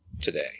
today